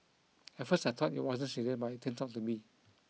at first I thought it wasn't serious but it turned out to be